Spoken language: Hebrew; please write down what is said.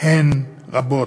הן רבות.